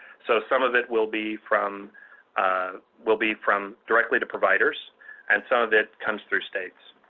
so some of it will be from will be from directly to providers and some of it comes through states.